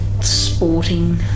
sporting